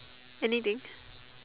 anything